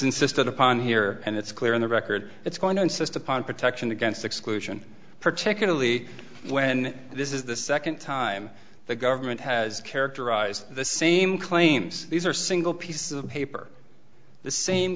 insisted upon here and it's clear in the record it's going to insist upon protection against exclusion particularly when this is the second time the government has characterized the same claims these are single piece of paper the same